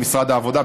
למשרד העבודה,